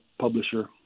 publisher